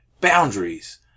boundaries